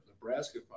Nebraska